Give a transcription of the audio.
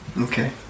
Okay